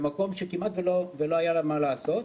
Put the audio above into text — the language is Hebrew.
במקום שכמעט ולא היה לה מה לעשות.